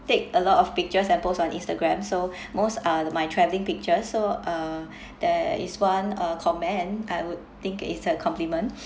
take a lot of pictures and post on instagram so most are my travelling picture so uh there is one uh comment I would think it's a compliment